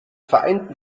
vereinten